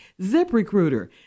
ZipRecruiter